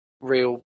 real